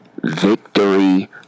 victory